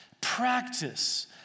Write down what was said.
practice